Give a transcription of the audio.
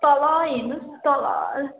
तल हेर्नुहोस तल